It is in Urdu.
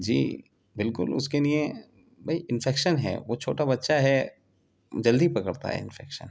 جی بالکل اس کے لیے بھائی انفیکشن ہے وہ چھوٹا بچہ ہے جلدی پکڑتا ہے انفکشن